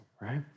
right